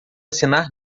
assinar